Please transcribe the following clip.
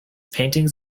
paintings